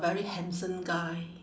very handsome guy